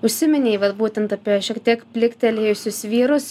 užsiminei vat būtent apie šiek tiek pliktelėjusius vyrus